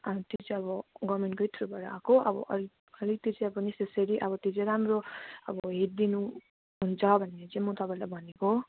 अन्त त्यो चाहिँ अब गर्मेन्टकै थ्रूबाट आएको अब अलिक त्यो चाहिँ अब नेससरी अब त्यो चाहिँ राम्रो अब हेरिदिनु हुन्छ भनेर चाहिँ म तपाईँलाई भनेको